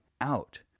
out